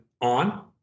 on